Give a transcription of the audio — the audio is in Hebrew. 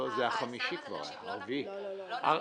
לא נגעו בו.